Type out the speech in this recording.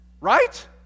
Right